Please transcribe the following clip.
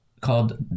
called